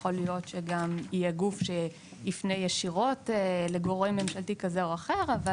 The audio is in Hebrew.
יכול להיות גם מצב שבו גוף עצמאי כזה או אחר פונה למשרד ממשלתי.